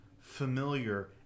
familiar